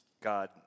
God